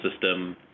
system